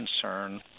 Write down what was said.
concern